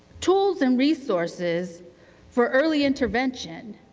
tools and resources for early intervention.